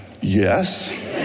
Yes